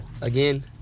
again